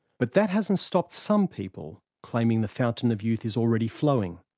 but that hasn't stopped some people claiming the fountain of youth is already flowing.